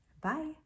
Bye